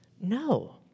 No